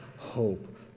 hope